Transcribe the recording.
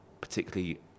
particularly